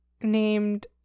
named